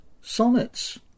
sonnets